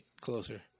closer